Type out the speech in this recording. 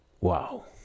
Wow